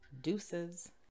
deuces